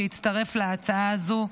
שהצטרף להצעה הזו,